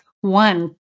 One